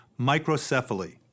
microcephaly